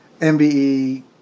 MBE